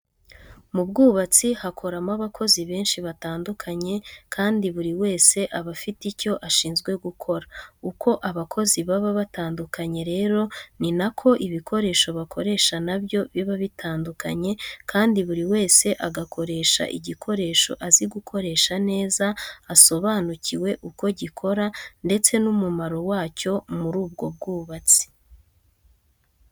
Mu bwubatsi hakoramo abakozi benshi batandukanye kandi buri wese aba afite icyo ashinzwe gukora. Uko abakozi baba batandukanye rero ni nako ibikoresho bakoresha na byo biba bitandukanye kandi buri wese agakoresha igikoresho azi gukoresha neza, asobanukiwe uko gikora ndetse n'umumaro wacyo muri ubwo bwubatsi.